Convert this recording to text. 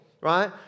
right